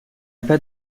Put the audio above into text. pas